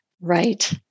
right